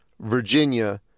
Virginia